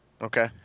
Okay